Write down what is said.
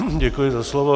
Děkuji za slovo.